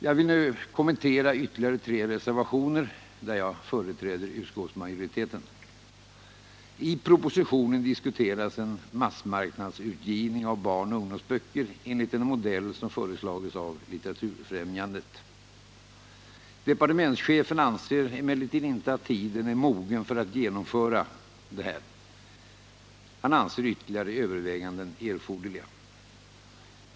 Jag vill nu kommentera ytterligare tre reservationer, där jag företräder utskottsmajoriteten. j I propositionen diskuteras en massmarknadsutgivning av barnoch ungdomsböcker enligt en modell som föreslagits av Litteraturfrämjandet. Departementschefen anser emellertid inte att tiden är mogen för att genomföra detta. Han anser ytterligare överväganden erforderliga.